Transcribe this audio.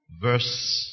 verse